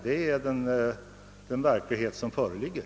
Det är den verklighet som föreligger.